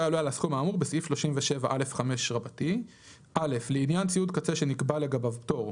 הסכום האמור בסעיף 37א5: (א)לעניין ציוד קצה שנקבע לגביו פטור,